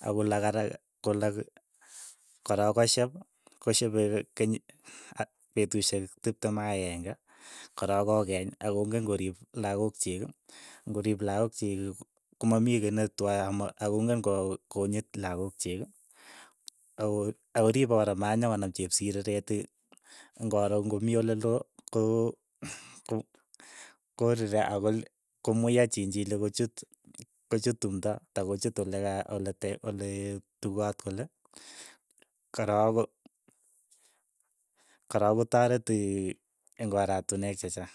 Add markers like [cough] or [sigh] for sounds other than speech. akolak araka, akolak, korook koshep, koshepe keny petushek tiptem ak aenge, korok ko eeng' ak komngen koriip lakok chiik, ngo riip lakok chiik ko mamii kiy netwae, ama ak kong'en ko konyit lakook chiik, ako akoripe kora manyokonam chepsireret ii, ng'oro komii oleloko ko- [hesitation] korireee ako akomweyo chilchilik kochut kochut tumto ata kochut oleka oletek oleetupot kole, korok korok kotaret in eng' oratinwek chechang.